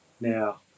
Now